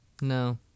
No